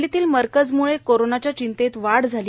दिल्लीतल्या मरकजम्ळे कोरोनाच्या चिंतेत वाढ झाली